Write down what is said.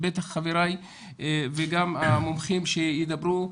בטח חבריי וגם המומחים שידברו,